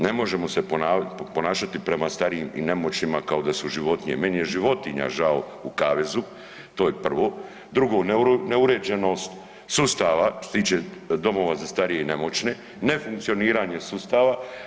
Ne možemo se ponašati prema starijim i nemoćnima kao da su životinje, meni je životinja žao u kavezu to je prvo, drugo neuređenost sustava što se tiče domova za starije i nemoćne, ne funkcioniranje sustava.